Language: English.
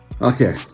Okay